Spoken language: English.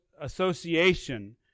association